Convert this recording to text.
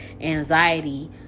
anxiety